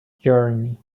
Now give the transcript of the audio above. journey